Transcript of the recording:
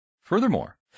Furthermore